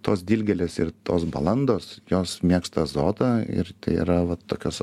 tos dilgėlės ir tos balandos jos mėgsta azotą ir tai yra va tokios